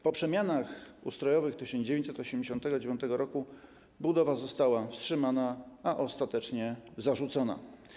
Po przemianach ustrojowych w 1989 r. budowa została wstrzymana, a ostatecznie zarzucona.